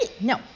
No